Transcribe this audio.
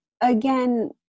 again